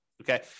okay